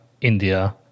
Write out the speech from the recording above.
India